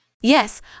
Yes